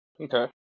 Okay